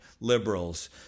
liberals